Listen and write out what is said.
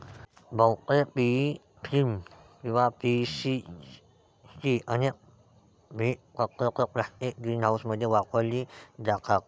बहुतेक PE film किंवा PC ची अनेक भिंत पत्रके प्लास्टिक ग्रीनहाऊसमध्ये वापरली जातात